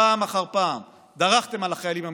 פעם אחר פעם דרכתם על החיילים המשוחררים,